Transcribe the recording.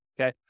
okay